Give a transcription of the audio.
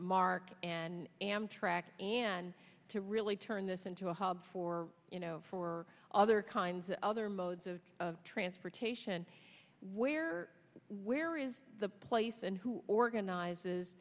mark and amtrak and to really turn this into a hub for for other kinds of other modes of transportation where where is the place and who organizes